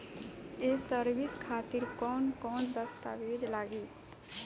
ये सर्विस खातिर कौन कौन दस्तावेज लगी?